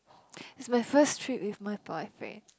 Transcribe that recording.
is my first trip with my boyfriend